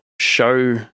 show